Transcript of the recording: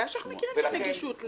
מאז שאנחנו מכירים יש נגישות לזכויות.